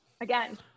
again